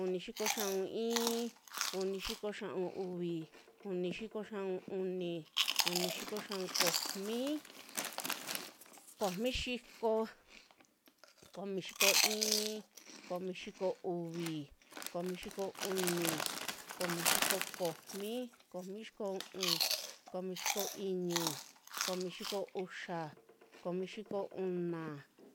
Unixiko xia'un iin, unixiko xia'un uvi, unixiko xia'un uni, unixiko xia'un komi, komi xiko, komi xiko iin, komi xiko uvi, komi xiko uni, komi xiko komi, komi xiko u'un, komi xiko iñu, komi xiko uxa, komi xiko una,